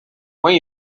when